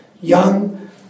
young